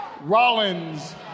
Rollins